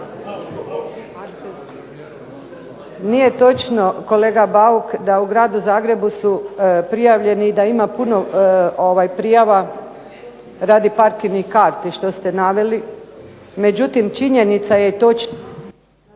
Nije točno kolega Bauk da u gradu Zagrebu su prijavljeni i da ima puno prijava radi parkirnih karti što ste naveli, međutim činjenica je